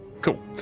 Cool